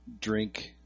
drink